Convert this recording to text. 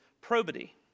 probity